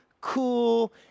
cool